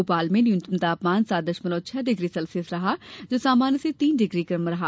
भोपाल में न्यूनतम तापमान सात दशमलव छह डिग्री सेल्सियस रहा जो सामान्य से तीन डिग्री कम रहा